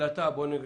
יכול להיות